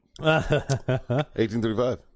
1835